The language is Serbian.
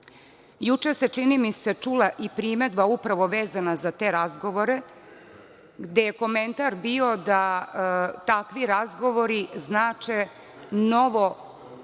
se, čini mi se, čula i primedba upravo vezana za te razgovore, gde je komentar bio da takvi razgovori znače novo